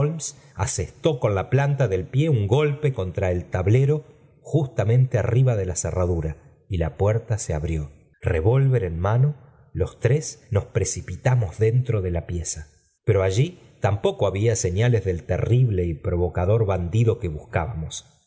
asestó con la planta del pie un golpe contra el tablero justamente arriba de la cerradura y la puerta se abrió ib volver en mano lo tres nos precipitamos dentm de la piezapero allí tampoco había señalen del imrible y provocador bandido que buscábalo